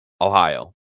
Ohio